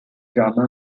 drummer